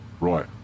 right